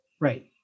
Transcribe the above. Right